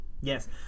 yes